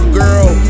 girl